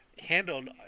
handled